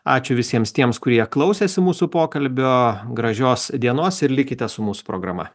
ačiū visiems tiems kurie klausėsi mūsų pokalbio gražios dienos ir likite su mūsų programa